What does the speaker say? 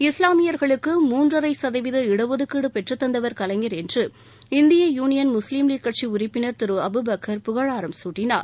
இஸ்லாமியர்களுக்கு மூன்றரை சதவீத இட ஒதுக்கீடு பெற்றுத் தந்தவர் கலைஞர் என்று இந்திய யூனியன் முஸ்லிம் லீக் கட்சி உறுப்பினர் திரு அபுபக்கர் புகழாரம் சூட்டினார்